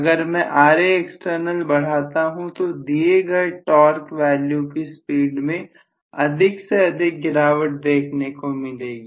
अगर मैं बढ़ाता हूं तो मुझे दिए गए टॉर्क वैल्यू की स्पीड में अधिक से अधिक गिरावट देखने को मिलेगी